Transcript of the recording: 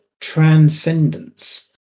transcendence